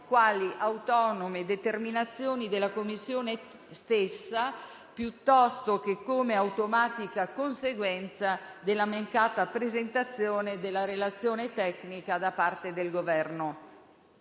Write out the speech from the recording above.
quali autonome determinazioni della Commissione stessa piuttosto che come automatica conseguenza della mancata presentazione della relazione tecnica da parte del Governo.